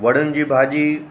वड़ियुनि जी भाॼी